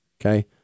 Okay